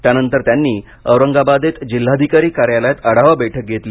त्यानंतर त्यांनी औरंगाबादेत जिल्हाधिकारी कार्यालयात आढावा बैठक घेतली